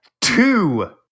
two